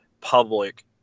public